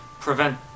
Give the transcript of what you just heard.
prevent